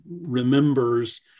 remembers